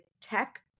tech